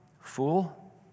fool